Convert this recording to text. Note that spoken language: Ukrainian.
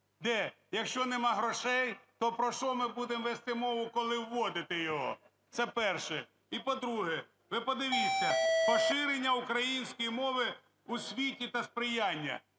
Якщо немає грошей, то про що ми будемо вести мову, коли вводити його? Це перше. І, по-друге. Ви подивіться, поширення української мови у світі та сприяння.